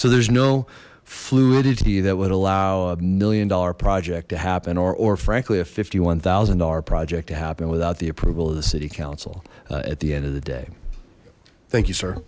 so there's no fluidity that would allow a million dollar project to happen or or frankly a fifty one thousand dollar project to happen without the approval of the city council at the end of the day thank you sir